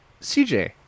CJ